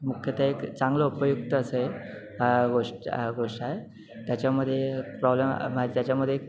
मु मुख्यतः एक चांगलं उपयुक्त असे गोष्ट गोष्ट आय त्याच्यामदे प्रॉब्लेम त्याच्यामदे एक